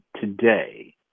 today